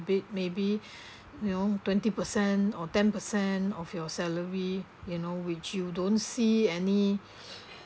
bit maybe you know twenty percent or ten percent of your salary you know which you don't see any